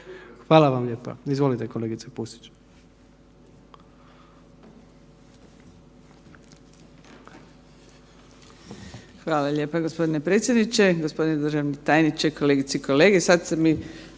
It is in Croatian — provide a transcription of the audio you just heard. Hvala vam lijepa. Izvolite kolegice Pusić. **Pusić, Vesna (GLAS)** Hvala lijepa. Gospodine predsjedniče, gospodine državni tajniče, kolegice i kolege.